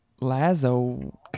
Lazo